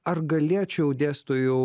ar galėčiau dėstytojau